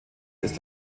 ist